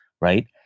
right